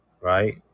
right